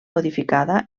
modificada